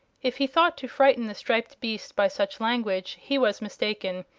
if he thought to frighten the striped beast by such language he was mistaken.